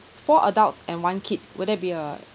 four adults and one kid will that be a